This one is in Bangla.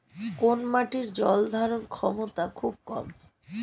কোন মাটির জল ধারণ ক্ষমতা খুব কম?